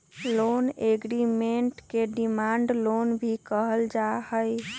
loan agreement के demand loan भी कहल जा हई